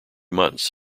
months